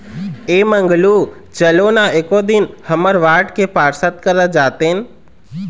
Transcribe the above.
ऐ मंगलू चलो ना एको दिन हमर वार्ड के पार्षद करा जातेन